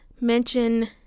mention